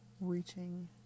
reaching